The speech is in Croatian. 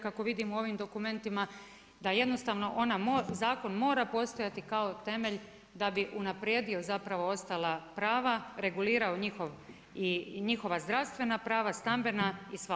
Kako vidim u ovim dokumentima, da jednostavno, zakon mora postojati kao temelj da bi unaprijedio zapravo ostao prava, regulirao njihova zdravstvena prava, stambena i sva ostala.